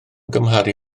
gymharu